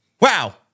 Wow